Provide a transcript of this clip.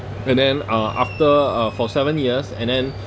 and then uh after uh for seven years and then